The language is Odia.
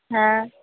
ହଁ